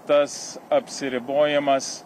tas apsiribojimas